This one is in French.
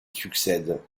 succède